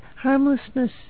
harmlessness